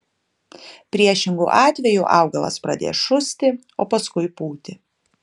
priešingu atveju augalas pradės šusti o paskui pūti